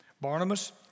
Barnabas